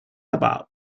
about